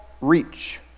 reach